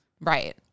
Right